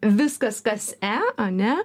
viskas kas e ane